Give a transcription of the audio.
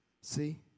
See